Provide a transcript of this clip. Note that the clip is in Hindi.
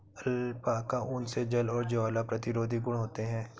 अलपाका ऊन मे जल और ज्वाला प्रतिरोधी गुण होते है